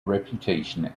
reputation